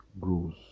grows